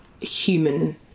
human